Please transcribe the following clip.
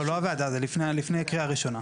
לא הוועדה, זה לפני קריאה ראשונה.